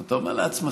ואתה אומר לעצמך,